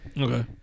okay